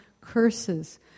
curses